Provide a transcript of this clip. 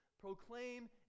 proclaim